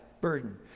burden